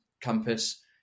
campus